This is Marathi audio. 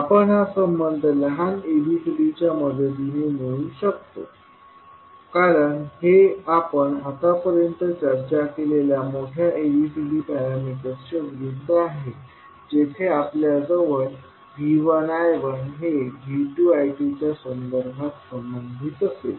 आपण हा संबंध लहान abcd च्या मदतीने मिळू शकतो कारण हे आपण आतापर्यंत चर्चा केलेल्या मोठ्या ABCD पॅरामिटरच्या विरूद्ध आहे जेथे आपल्याजवळ V1 I1 हे V2 I2 च्या संदर्भात संबंधित असेल